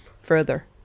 further